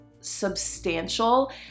substantial